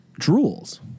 drools